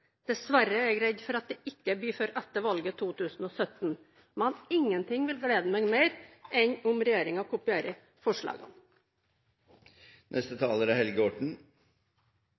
Dessverre er jeg redd for at det ikke blir før etter valget i 2017. Men ingen ting vil glede meg mer enn om regjeringen kopierer forslagene.